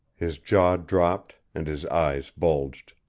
his jaw dropped and his eyes bulged.